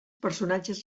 personatges